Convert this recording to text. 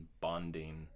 bonding